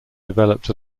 developed